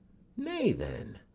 nay, then,